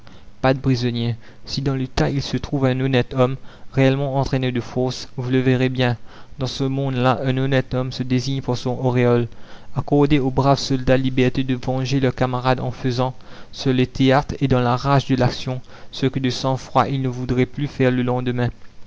pas de prisonniers si dans le tas il se trouve un honnête homme réellement entraîné de force vous le verrez bien dans ce monde-là un honnête homme se désigne par son auréole accordez aux braves soldats liberté de venger leurs camarades en faisant sur le théâtre et dans la rage de l'action ce que de sang-froid ils ne voudraient plus faire le lendemain